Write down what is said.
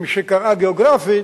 שמשקרעה גיאוגרפית,